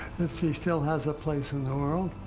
she still has a place in the world.